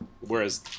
whereas